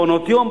מעונות-יום,